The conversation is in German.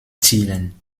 zielen